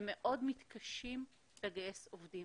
הם מאוד מתקשים לגייס עובדים.